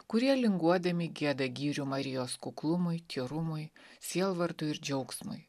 kurie linguodami gieda gyrių marijos kuklumui tyrumui sielvartui ir džiaugsmui